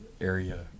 area